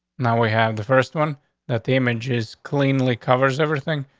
now we have the first one that the images cleanly covers everything.